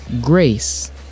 Grace